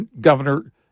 governor